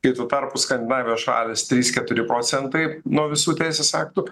kai tuo tarpu skandinavijos šalys trys keturi procentai nuo visų teisės aktų